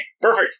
perfect